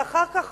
ואחר כך